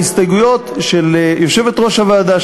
ההסתייגות של יושבת-ראש הוועדה,